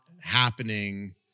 happening